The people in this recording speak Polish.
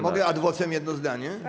Mogę ad vocem, jedno zdanie?